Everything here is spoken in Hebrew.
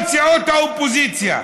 כל סיעות האופוזיציה,